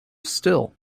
still